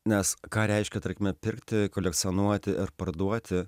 nes ką reiškia tarkime pirkti kolekcionuoti ar parduoti